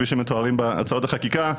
כפי שמתוארים בהצעות החקיקה,